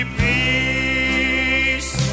peace